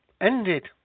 ended